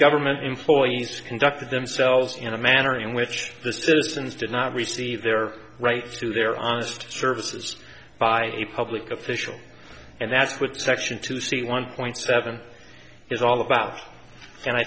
government employees conducted themselves in a manner in which the citizens did not receive their rights to their honest services by a public official and that's with section two see one point seven is all about and i